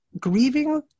grieving